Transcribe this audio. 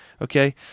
okay